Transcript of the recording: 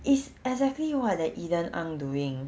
it's exactly what the eden ang doing